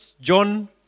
John